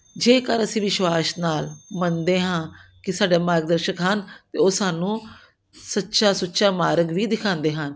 ਜੇਕਰ ਅਸੀਂ ਵਿਸ਼ਵਾਸ ਨਾਲ ਮੰਨਦੇ ਹਾਂ ਕਿ ਸਾਡਾ ਮਾਰਗ ਦਰਸ਼ਕ ਹਨ ਅਤੇ ਉਹ ਸਾਨੂੰ ਸੱਚਾ ਸੁੱਚਾ ਮਾਰਗ ਵੀ ਦਿਖਾਉਂਦੇ ਹਨ